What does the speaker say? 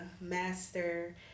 master